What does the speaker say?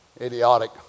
idiotic